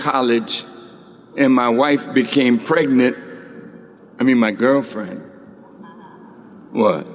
college and my wife became pregnant i mean my girlfriend